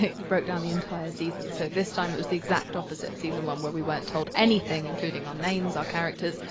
he broke down the entire season. so this time, it was the exact opposite of season one, where we weren't told anything, including our names, our characters,